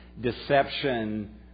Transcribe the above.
deception